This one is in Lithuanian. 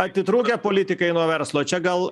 atitrūkę politikai nuo verslo čia gal